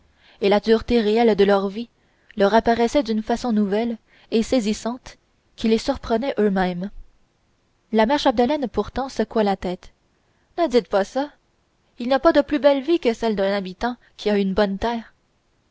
et la dureté réelle de leur vie leur apparaissait d'une façon nouvelle et saisissante qui les surprenait eux-mêmes la mère chapdelaine pourtant secouait la tête ne dites pas ça il n'y a pas de plus belle vie que celle d'un habitant qui a une bonne terre